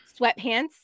sweatpants